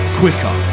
quicker